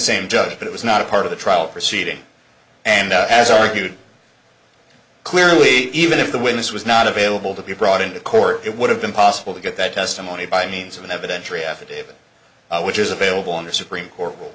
same judge but it was not a part of the trial proceeding and as argued clearly even if the witness was not available to be brought into court it would have been possible to get that testimony by means of an evidentiary affidavit which is available on the supreme court